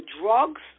drugs